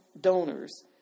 donors